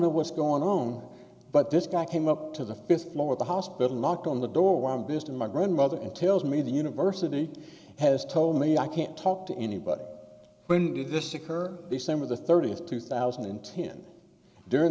know what's going on but this guy came up to the fifth floor of the hospital knocked on the door when i'm visiting my grandmother and tells me the university has told me i can't talk to anybody when did this occur december the thirtieth two thousand and ten during